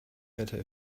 better